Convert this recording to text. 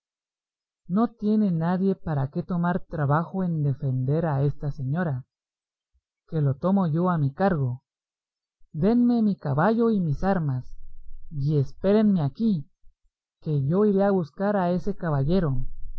no tiene nadie para qué tomar trabajo en defender a esta señora que lo tomo yo a mi cargo denme mi caballo y mis armas y espérenme aquí que yo iré a buscar a ese caballero